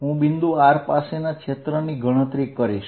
હું બિંદુ r પાસેના ક્ષેત્રની ગણતરી કરીશ